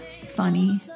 funny